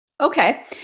Okay